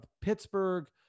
Pittsburgh